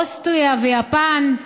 אוסטריה ויפן,